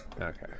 okay